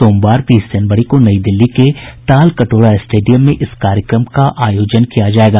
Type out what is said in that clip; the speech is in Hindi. सोमवार बीस जनवरी को नई दिल्ली के तालकटोरा स्टेडियम में इस कार्यक्रम का आयोजन किया जाएगा